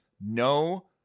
no